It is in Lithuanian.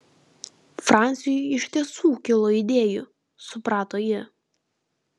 franciui iš tiesų kilo idėjų suprato ji